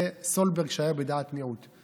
זה סולברג, שהיה בדעת מיעוט.